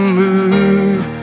move